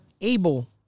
able